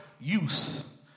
use